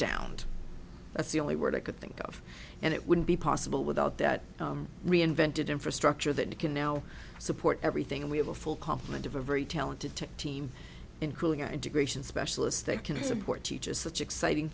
und that's the only word i could think of and it wouldn't be possible without that reinvented infrastructure that can now support everything and we have a full complement of a very talented tech team including our integration specialists that can support teachers such exciting